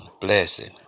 blessing